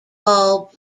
all